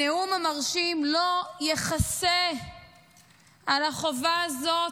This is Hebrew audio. הנאום המרשים, לא יכסו על החובה הזאת,